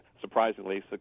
surprisingly